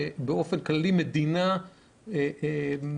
באופן כללי, מדינה מסדירה